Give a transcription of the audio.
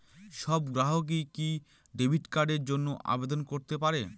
সব গ্রাহকই কি ডেবিট কার্ডের জন্য আবেদন করতে পারে?